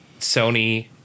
Sony